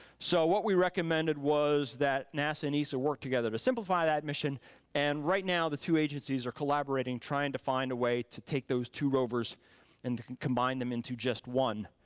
so what we recommended was that nasa needs to work together to simplify that mission and right now the two agencies are collaborating collaborating trying to find a way to take those two rovers and combine them into just one.